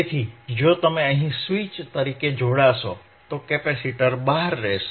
તેથી જો તમે અહીં સ્વિચ તરીકે જોડાશો તો કેપેસિટર બહાર રહેશે